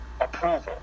approval